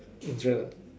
injured ah